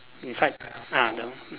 inside ah the